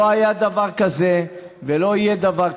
לא היה דבר כזה ולא יהיה דבר כזה.